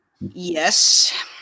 Yes